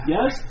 Yes